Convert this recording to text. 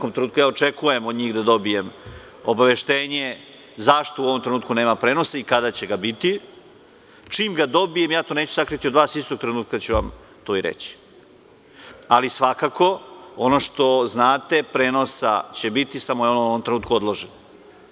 Očekujem da dobije obaveštenje, zašto u ovom trenutku nema prenosa i kada će ga biti, čim ga dobijem neću sakriti od vas, istog trenutku ću vam to i reći, ali svakako, ono što znate, prenosa će biti samo je ono u ovom trenutku odloženo.